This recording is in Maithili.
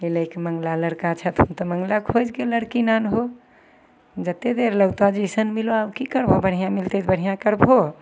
अइ लऽ कऽ मंगला लड़का छथुन तऽ मंगला खोजि कऽ लड़की नानहु जते देर लगतह जैसन मिलऽ आब की करबह बढ़िआँ मिलतय तऽ बढ़िआँ करबहौ